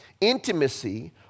Intimacy